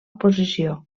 posició